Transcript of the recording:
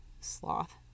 sloth